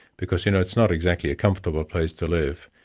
because you know it's not exactly a comfortable place to live.